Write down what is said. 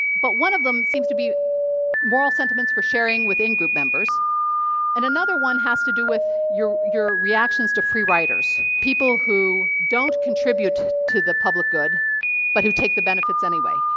but one of them seems to be moral sentiments for sharing within group members and another one has to do with your your reactions to free riders. people who don't contribute to to the public good but who take the benefits anyway.